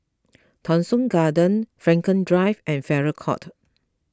Thong Soon Garden Frankel Drive and Farrer Court